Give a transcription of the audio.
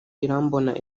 irambona